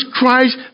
Christ